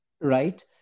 right